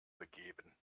begeben